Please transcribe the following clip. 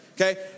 okay